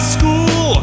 school